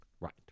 Right